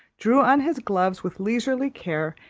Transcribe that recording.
drew on his gloves with leisurely care,